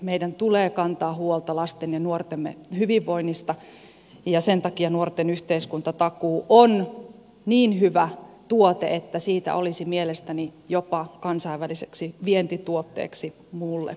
meidän tulee kantaa huolta lastemme ja nuortemme hyvinvoinnista ja sen takia nuorten yhteiskuntatakuu on niin hyvä tuote että siitä olisi mielestäni jopa kansainväliseksi vientituotteeksi muulle euroopalle